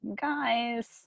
guys